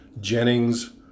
Jennings